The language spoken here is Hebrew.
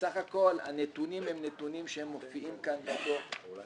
בסך הכול הנתונים הם נתונים שמופיעים כאן בדוח.